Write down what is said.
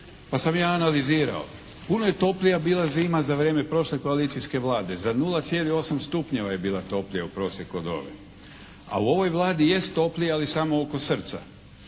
Pa sam ja analizirao. Puno je toplija bila zima za vrijeme prošle koalicijske Vlade, za 0,8 stupnjeva je bila toplija u prosjeku od ove. A u ovoj Vladi jest toplija ali samo oko srca.